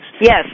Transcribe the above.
yes